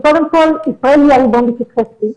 שקודם כול ישראל היא הריבון בשטחי C,